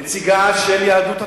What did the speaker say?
נציגה של יהדות התורה,